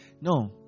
no